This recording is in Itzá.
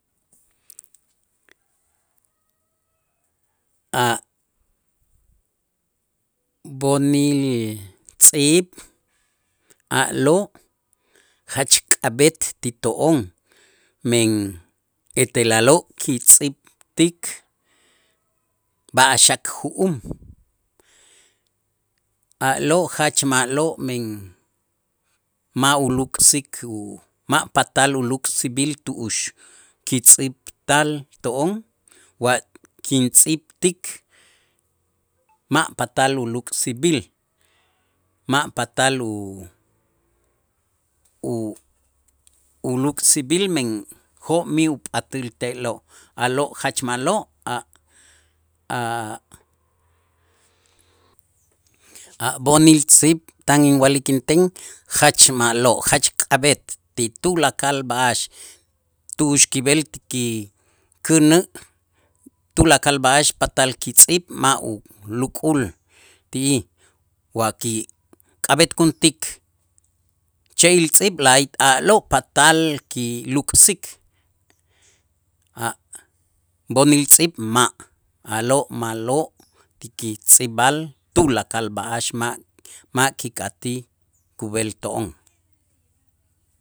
A' b'onil tz'iib' a'lo' jach k'ab'et ti to'on men etel a'lo' kitz'iib'tik b'a'ax a' ju'um, a'lo' jach ma'lo' men ma' uluk'sik, u ma' patal uluk'sib'il tu'ux kitz'iib'tal to'on wa kintz'iib'tik, ma' patal uluk'sib'il ma' patal u- uluk'sib'il men jo'mij upat'äl te'lo, a'lo' jach ma'lo' a'-a'-a' b'onil tz'iib' tan inwa'lik inten jach ma'lo' jach k'ab'et ti tulakal b'a'ax tu'ux kib'el kikänä' tulakal b'a'ax patal kitz'iib' ma' uluk'ul ti wa kik'ab'etkuntik che'il tz'iib' lay a'lo' patal kiluk'sik a' b'onil tz'iib' ma', a'lo' ma'lo' kitz'iib'al tulakal b'a'ax ma' ma' kik'atij kub'el to'on.